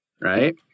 right